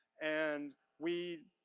and we,